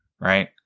Right